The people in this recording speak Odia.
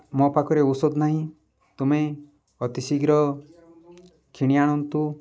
ମୋ ପାଖରେ ଔଷଧ ନାହିଁ ତୁମେ ଅତିଶୀଘ୍ର କିଣି ଆଣନ୍ତୁ